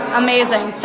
amazing